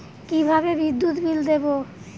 কিভাবে বিদ্যুৎ বিল দেবো?